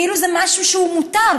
כאילו זה משהו שהוא מותר.